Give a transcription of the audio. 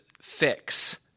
fix